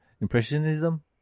Impressionism